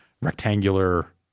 rectangular